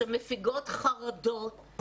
שמפיגות חרדות.